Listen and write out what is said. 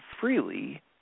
freely